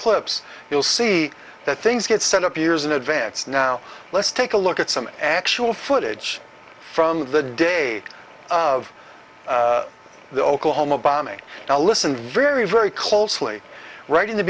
clips you'll see that things get set up years in advance now let's take a look at some actual footage from the day of the oklahoma bombing to listen very very closely right in the